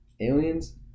aliens